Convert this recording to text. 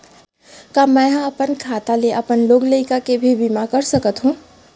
का मैं ह अपन खाता ले अपन लोग लइका के भी बीमा कर सकत हो